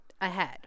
ahead